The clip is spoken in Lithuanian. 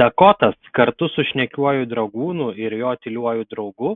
dakotas kartu su šnekiuoju dragūnu ir jo tyliuoju draugu